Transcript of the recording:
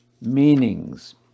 meanings